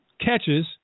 catches